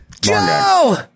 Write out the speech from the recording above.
joe